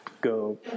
go